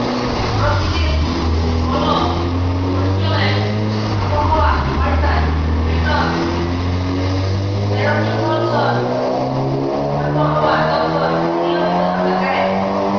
পরতিদিল কল অঞ্চলে আবহাওয়া পাল্টায় যেটর পেরডিকশল আবহাওয়া দপ্তর লিয়মিত ভাবে ক্যরে